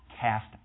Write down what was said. cast